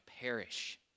perish